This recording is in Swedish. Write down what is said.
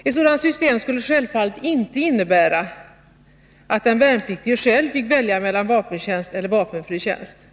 Ett sådant system skulle självfallet inte innebära att den värnpliktige själv fick välja mellan vapentjänst och vapenfri tjänst.